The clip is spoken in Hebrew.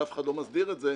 ואף אחד לא מסדיר את זה.